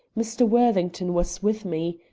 mr. worthington was with me.